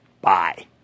bye